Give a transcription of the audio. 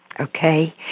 Okay